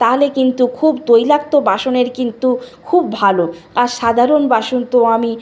তাহলে কিন্তু খুব তৈলাক্ত বাসনের কিন্তু খুব ভালো আর সাধারণ বাসন তো আমি